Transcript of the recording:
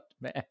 man